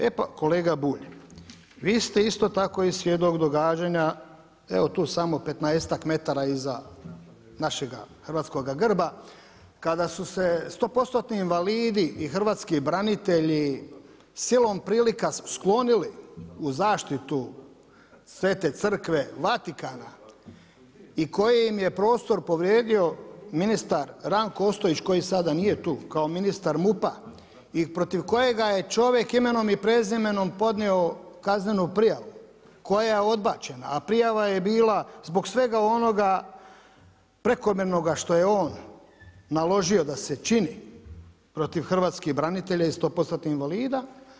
E pa kolega Bulj, vi ste isto tako i svjedok događanja, evo tu samo 15 metara iza našega hrvatskoga grba, kada su se 100%-tni invalidi i hrvatski branitelji, silom prilika sklonili u zaštitu Svete crkve, Vatikana i koji im je prostor ministar Ranko Ostojić, koji sada nije tu, kao ministar MUP-a i protiv kojeg ga je čovjek imenom i prezimenom podnio kaznenu prijavu, koja je odbačena, a prijava je bila zbog svega onoga prekomjernoga što je on naložio da se čini protiv hrvatskih branitelja i 100%-tnih invalida.